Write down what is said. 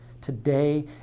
today